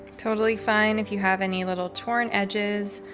totally fine. if you have any little torn edges,